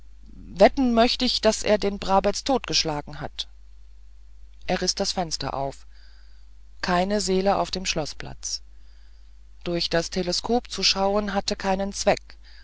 wetten möchte ich daß er den brabetz totgeschlagen hat er riß das fenster auf keine seele auf dem schloßplatz durch das teleskop zu schauen hatte keinen zweck